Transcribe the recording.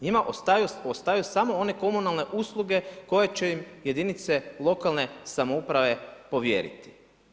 Njima ostaju samo one komunalne usluge koje će im jedinice lokalne samouprave povjeriti.